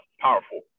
powerful